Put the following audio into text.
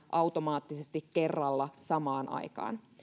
automaattisesti kerralla samaan aikaan